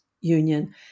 Union